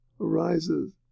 arises